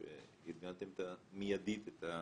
חלקם אני מכיר אישית.